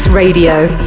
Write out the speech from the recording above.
Radio